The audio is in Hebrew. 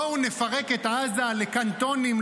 בואו נפרק את עזה לקנטונים,